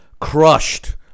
crushed